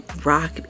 Rock